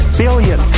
billion